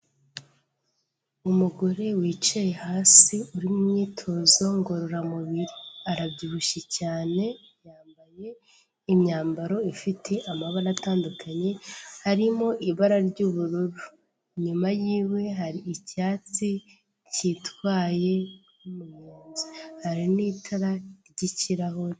Umugore wicaye hasi uri imyitozo ngororamubiri arabyibushye cyane, yambaye imyambaro ifite amabara atandukanye harimo ibara ry'ubururu. Inyuma yiwe hari icyatsi cyitwaye nk'umuyenzi hari n'itarara ry'ikirahure.